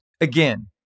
Again